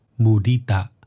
mudita